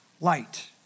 light